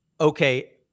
Okay